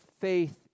faith